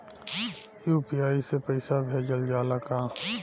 UPI से पईसा भेजल जाला का?